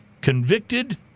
convicted